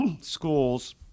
schools